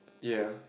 ya